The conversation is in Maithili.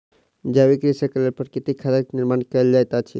जैविक कृषिक लेल प्राकृतिक खादक निर्माण कयल जाइत अछि